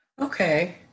Okay